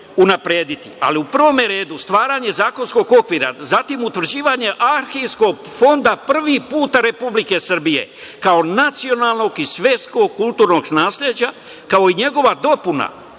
unaprediti. U prvom redu – stvaranje zakonskog okvira, zatim utvrđivanje arhivskog fonda prvi put Republike Srbije, kao nacionalnog i svetskog kulturnog nasleđa, kao i njegova dopuna